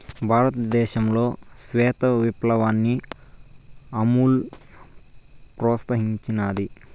భారతదేశంలో శ్వేత విప్లవాన్ని అమూల్ ప్రోత్సహించినాది